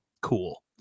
cool